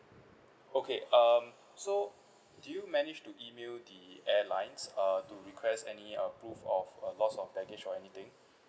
okay um so did you manage to email the airlines uh to request any uh proof of lost of baggage or anything